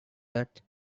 that